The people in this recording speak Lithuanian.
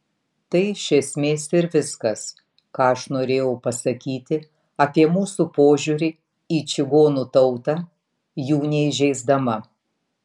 tai iš esmės ir viskas ką aš norėjau pasakyti apie mūsų požiūrį į čigonų tautą jų neįžeisdama